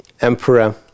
Emperor